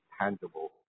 tangible